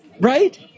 right